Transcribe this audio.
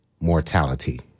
mortality